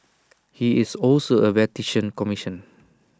he is also A Vatican commission